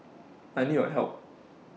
I need your help